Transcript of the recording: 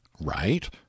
Right